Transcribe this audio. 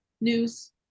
news